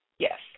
Yes